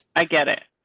i get it.